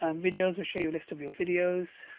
um videos will show you a list of your videos.